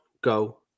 go